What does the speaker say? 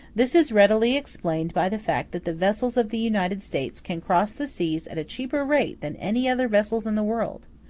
this is readily explained by the fact that the vessels of the united states can cross the seas at a cheaper rate than any other vessels in the world.